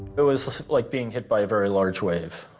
it was like being hit by a very large wave.